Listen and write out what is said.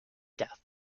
death